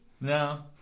No